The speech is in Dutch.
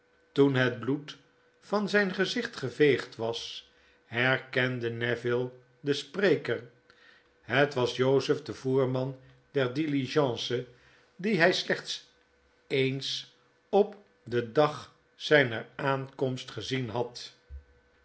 toen het bloed van zyn gezicht geveegd was herkende neville den spreker het was jozef de voerman der diligence dien hy slechts eens op den dag zyner aankomst gezien had